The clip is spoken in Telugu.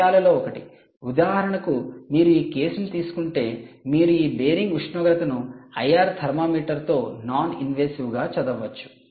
విషయాలలో ఒకటి ఉదాహరణకు మీరు ఈ కేసును తీసుకుంటే మీరు ఈ బేరింగ్ ఉష్ణోగ్రతను ఐఆర్ థర్మామటర్తో నాన్ ఇన్వాసివ్గా చదవవచ్చు